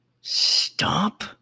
Stop